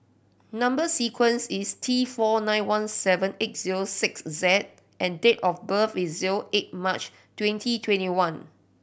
number sequence is T four nine one seven eight zero six Z and date of birth is zero eight March twenty twenty one